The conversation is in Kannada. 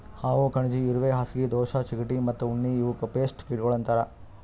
ಹಾವು, ಕಣಜಿ, ಇರುವೆ, ಹಾಸಿಗೆ ದೋಷ, ಚಿಗಟ ಮತ್ತ ಉಣ್ಣಿ ಇವುಕ್ ಪೇಸ್ಟ್ ಕೀಟಗೊಳ್ ಅಂತರ್